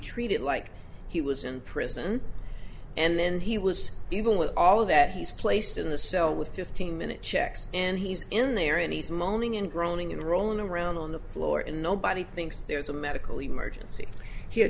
treated like he was in prison and then he was even with all of that he's placed in the cell with fifteen minute checks and he's in there and he's moaning and groaning and rolling around on the floor and nobody thinks there's a medical emergency he had